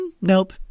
Nope